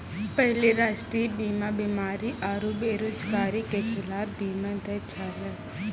पहिले राष्ट्रीय बीमा बीमारी आरु बेरोजगारी के खिलाफ बीमा दै छलै